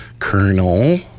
Colonel